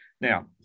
Now